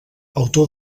autor